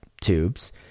tubes